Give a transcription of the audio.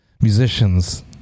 musicians